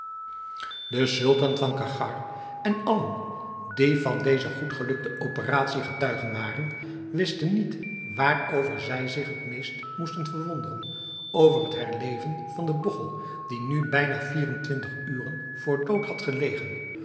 de sultan van cachgar en allen die van deze goed gelukte operatie getuige waren wisten niet waarover zij zich het meest moesten verwonderen over het herleven van den bogchel die nu bijna vier-en-twintig uren voor dood had gelegen